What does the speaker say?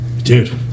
Dude